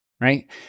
Right